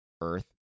earth